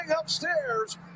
upstairs